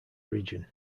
region